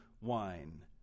wine